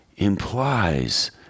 implies